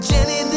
Jenny